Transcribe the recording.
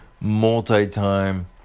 Multi-time